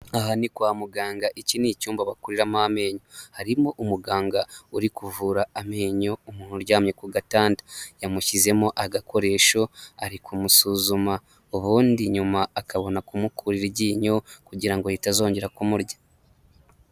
Aha ni kwa muganga, iki ni icyumba bakuriramo amenyo harimo umuganga uri kuvura amenyo umuntu uryamye ku gatanda, yamushyizemo agakoresho ari kumusuzuma, ubundi nyuma akabona kumukurira iryinyo kugira ngo ritazongera kumurya.